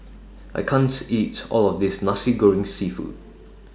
I can't eat All of This Nasi Goreng Seafood